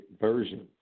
version